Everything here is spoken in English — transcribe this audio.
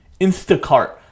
Instacart